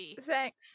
Thanks